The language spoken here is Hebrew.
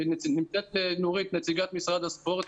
ונמצאת נורית, נציגת משרד הספורט.